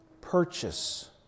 purchase